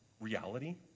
reality